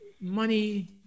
Money